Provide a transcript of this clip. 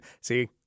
See